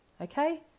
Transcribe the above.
Okay